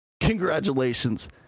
Congratulations